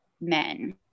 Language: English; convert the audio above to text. men